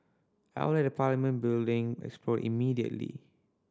I will let the Parliament building explode immediately